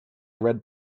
red